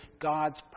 God's